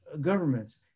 governments